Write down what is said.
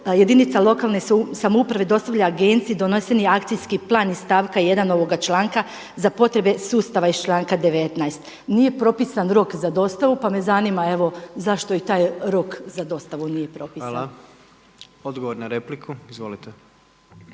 jedinica lokalne samouprave dostavlja Agenciji doneseni akcijski plan iz stavka 1. ovoga članka za potrebe sustava iz članka 19. Nije propisan rok za dostavu, pa me zanima evo zašto i taj rok za dostavu nije propisan. **Jandroković, Gordan